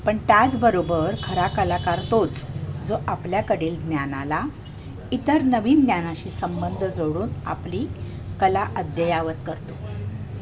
पण त्याचबरोबर खरा कलाकार तोच जो आपल्याकडील ज्ञानाला इतर नवीन ज्ञानाशी संबंध जोडून आपली कला अद्ययावत करतो